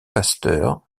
pasteur